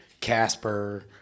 Casper